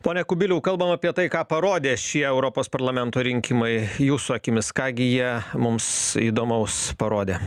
pone kubiliau kalbam apie tai ką parodė šie europos parlamento rinkimai jūsų akimis ką gi jie mums įdomaus parodė